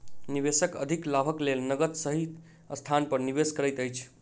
निवेशक अधिक लाभक लेल नकद सही स्थान पर निवेश करैत अछि